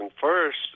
First